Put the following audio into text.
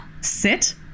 Sit